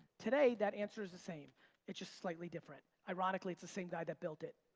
today that answer is the same it's just slightly different. ironically it's the same guy that built it.